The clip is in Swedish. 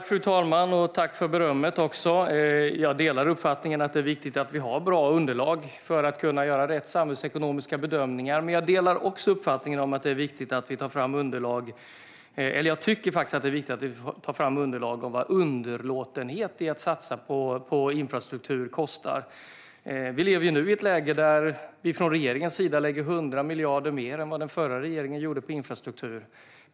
Fru talman! Tack för berömmet! Jag delar uppfattningen att det är viktigt att vi har bra underlag för att kunna göra riktiga samhällsekonomiska bedömningar. Jag tycker också att det är viktigt att vi tar fram underlag för vad underlåtenhet att satsa på infrastruktur kostar. Regeringen är nu i ett läge där vi lägger 100 miljarder mer än vad den förra regeringen gjorde på infrastruktur.